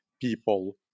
people